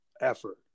effort